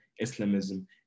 Islamism